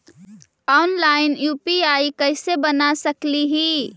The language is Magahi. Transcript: ऑनलाइन यु.पी.आई कैसे बना सकली ही?